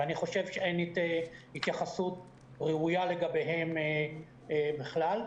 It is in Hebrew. ואני חושב שאין התייחסות ראויה לגביהם בכלל.